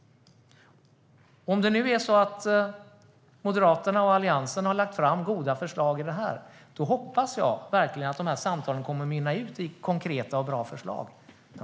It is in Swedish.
Om det nu är så att Moderaterna och Alliansen har lagt fram goda förslag när det gäller detta hoppas jag verkligen att samtalen kommer att mynna ut i konkreta och bra förslag.